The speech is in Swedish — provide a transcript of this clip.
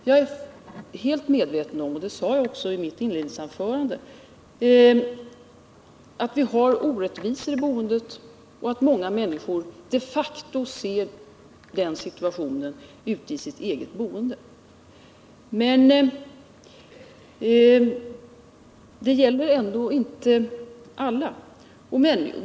Jag är helt medveten om, och det sade jag också i mitt inledningsanförande, att vi har orättvisor i boendet och att många människor de facto ser den situationen ute i sitt eget boende. Men det gäller ändå inte alla.